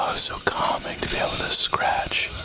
so calming to be able to scratch.